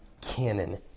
canon